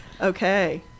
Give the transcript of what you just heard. okay